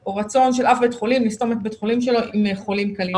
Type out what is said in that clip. או רצון של אף בית חולים לסתום את בית החולים שלו עם חולים קלים.